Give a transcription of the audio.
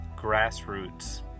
grassroots